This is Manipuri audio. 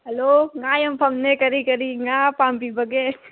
ꯍꯜꯂꯣ ꯉꯥ ꯌꯣꯟꯐꯝꯅꯦ ꯀꯔꯤ ꯀꯔꯤ ꯉꯥ ꯄꯥꯝꯕꯤꯕꯒꯦ